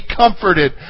comforted